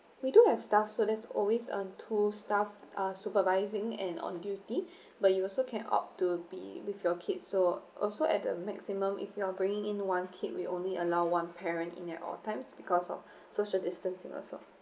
we do have staff so there's always um two staff are supervising and on duty but you also can opt to be with your kid so also at the maximum if you're bringing in one kid we only allow one parent in at all times because of social distancing also